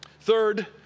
Third